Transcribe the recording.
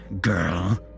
girl